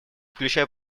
включая